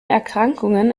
erkrankungen